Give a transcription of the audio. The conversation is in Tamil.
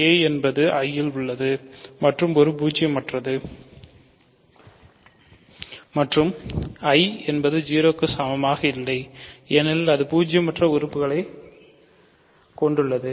a என்பது I இல் உள்ளது மற்றும் ஒரு பூஜ்ஜியமற்றது I என்பது 0 க்கு சமமாக இல்லை ஏனெனில் அது பூஜ்ஜியமற்ற உறுப்பைக் கொண்டுள்ளது